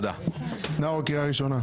נאור, קריאה ראשונה.